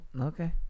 Okay